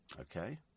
Okay